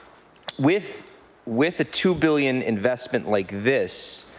with with a two billion investment like this,